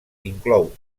inclou